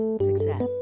success